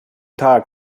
tag